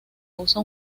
usa